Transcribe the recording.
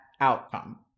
outcome